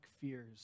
fears